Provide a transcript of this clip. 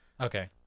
Okay